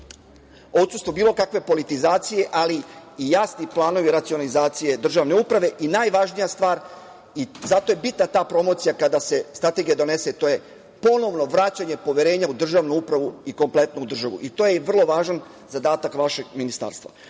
odsustvo bilo kakve politizacije, ali i jasni planovi racionalizacije državne uprave i, najvažnija stvar, i zato je bitna ta promocija kada se strategija donese, to je ponovno vraćanje poverenja u državnu upravu i kompletnu državu. To je vrlo važan zadatak vašeg ministarstva. Ono